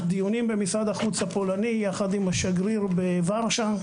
דיונים במשרד החוץ הפולני יחד עם השגריר בוורשה.